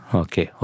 okay